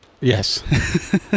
Yes